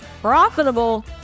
profitable